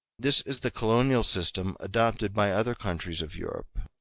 this is the colonial system adopted by other countries of europe.